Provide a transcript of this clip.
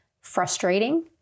frustrating